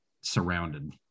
surrounded